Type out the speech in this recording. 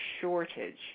shortage